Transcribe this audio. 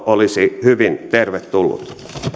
olisi hyvin tervetullut